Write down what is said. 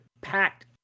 packed